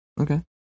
Okay